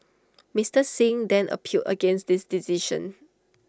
Mister Singh then appealed against this decision